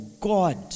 god